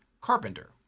carpenter